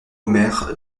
omer